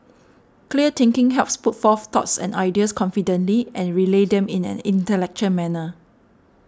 clear thinking helps put forth thoughts and ideas confidently and relay them in an intellectual manner